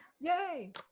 Yay